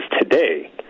today